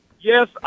yes